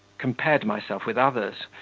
compared myself with others,